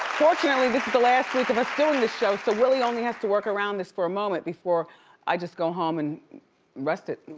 fortunately, this is the last week of us doing this show, so really only has to work around this for a moment before i just go home and rest it.